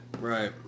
right